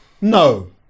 No